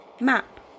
map